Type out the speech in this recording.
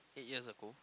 eight years ago